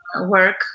work